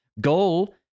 goal